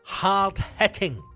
hard-hitting